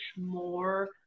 more